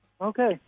Okay